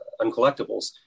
uncollectibles